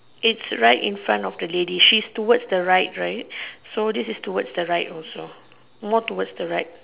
it's right in front of the ladies she is towards the right so this is towards the right also so this is more towards the right